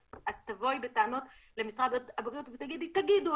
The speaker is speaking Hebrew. את תבואי בטענות למשרד הבריאות ותגידי: תגידו,